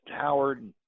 howard